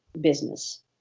business